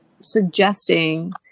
suggesting